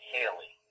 Haley